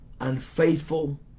unfaithful